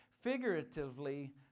figuratively